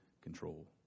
control